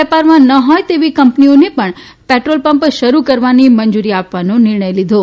વેપારમાં ન હોય તેવી કંપનીઓને પણ પેટ્રોલ પંપ શરૂ કરવાની મંજુરી આપવાનો નિર્ણય લીધો